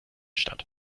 statt